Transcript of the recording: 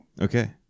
Okay